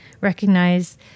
recognize